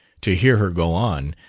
to hear her go on,